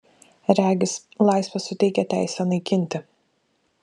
regis laisvė suteikia teisę naikinti